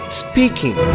speaking